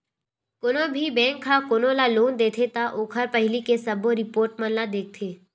कोनो भी बेंक ह कोनो ल लोन देथे त ओखर पहिली के सबो रिपोट मन ल देखथे